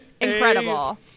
Incredible